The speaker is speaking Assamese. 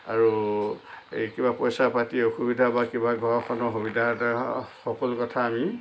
আৰু এই কিবা পইচা পাতি কিবা অসুবিধা বা ঘৰখনৰ সুবিধাতে হওক সকলো কথা আমি